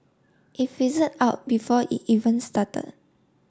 it fizzled out before it even started